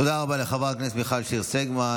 תודה רבה לחברת הכנסת מיכל שיר סגמן.